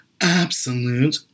absolute